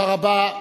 תודה רבה.